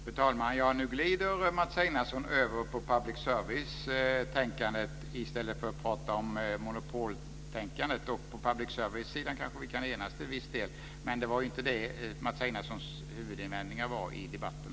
Fru talman! Nu glider Mats Einarsson över på public service-tänkandet i stället för att prata om monopoltänkandet. På public service-sidan kanske vi kan enas till viss del. Men det var inte det som var